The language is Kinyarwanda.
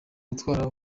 gutwara